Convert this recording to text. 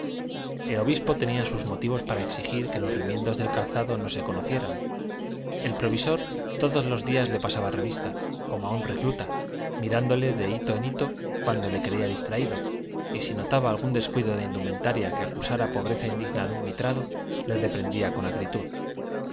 el obispo tenía sus motivos para exigir que los remiendos del calzado no se conocieran el provisor todos los días le pasaba revista como a un recluta mirándole de hito en hito cuando le creía distraído y si notaba algún descuido de indumentaria que acusara pobreza indigna de un mitrado le reprendía con acritud